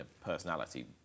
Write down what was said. Personality